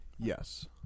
Yes